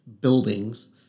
buildings